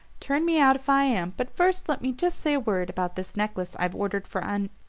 turn me out if i am but first let me just say a word about this necklace i've ordered for un